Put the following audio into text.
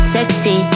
Sexy